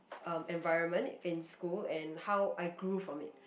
um environment in school and how I grew from it